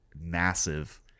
massive